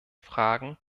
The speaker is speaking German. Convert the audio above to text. fragen